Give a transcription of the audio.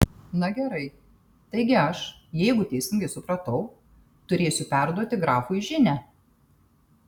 na gerai taigi aš jeigu teisingai supratau turėsiu perduoti grafui žinią